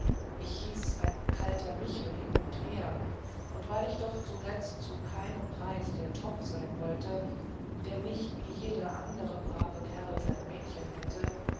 ich hieß ein kalter michel hin und her und weil ich doch zuletzt um keinen preis der tropf sein wollte der nicht wie jeder andere brave kerl sein mädchen hätte